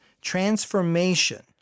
transformation